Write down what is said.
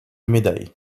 médailles